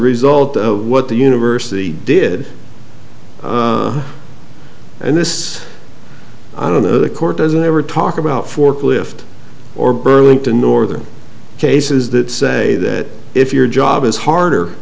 result of what the university did and this i don't know the court doesn't ever talk about forklift or burlington northern cases that say that if your job is harder